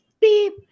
beep